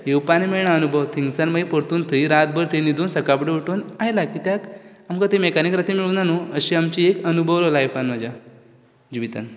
येवपा आनी मेळना अनुभव थिंगसान मागीर परतून थंय रातभर थंय न्हिदून सकाळ फुडें उठून आयले किद्याक आमकां तें मॅकानिक रातीक मेळुना न्हू अशी आमची अनुभव जाला लायफान म्हाज्या जिवितान